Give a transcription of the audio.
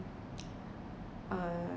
uh